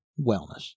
wellness